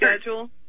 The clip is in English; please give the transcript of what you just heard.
schedule